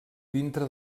dintre